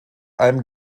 einem